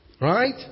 right